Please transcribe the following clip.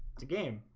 it's a game.